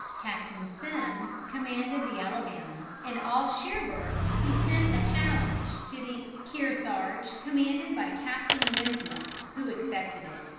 captain semmes commanded the alabama, and off cherbourg he sent a challenge to the kearsarge, commanded by captain winslow, who accepted it,